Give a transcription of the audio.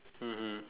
mmhmm